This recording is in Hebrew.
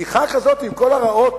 בפתיחה כזאת, עם כל הרעות